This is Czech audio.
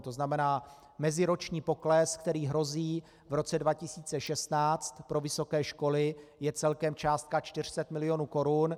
To znamená meziroční pokles, který hrozí v roce 2016 pro vysoké školy, je celkem částka 400 milionů korun.